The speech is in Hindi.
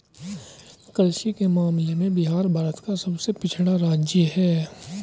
कृषि के मामले में बिहार भारत का सबसे पिछड़ा राज्य है